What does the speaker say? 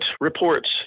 reports